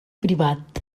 privat